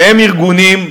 שהם ארגונים,